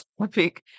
topic